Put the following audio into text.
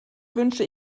wünsche